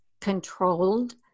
controlled